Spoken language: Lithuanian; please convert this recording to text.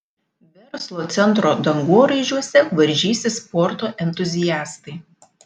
verslo centro dangoraižiuose varžysis sporto entuziastai